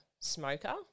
smoker